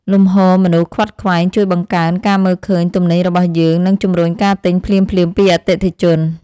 លំហូរមនុស្សខ្វាត់ខ្វែងជួយបង្កើនការមើលឃើញទំនិញរបស់យើងនិងជម្រុញការទិញភ្លាមៗពីអតិថិជន។